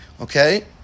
Okay